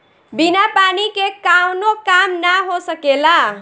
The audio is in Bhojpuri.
बिना पानी के कावनो काम ना हो सकेला